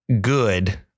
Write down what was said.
good